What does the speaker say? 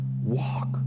Walk